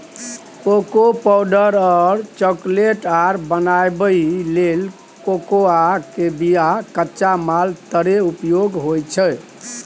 cocoa powder और chocolate आर बनाबइ लेल कोकोआ के बिया कच्चा माल तरे उपयोग होइ छइ